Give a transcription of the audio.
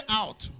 out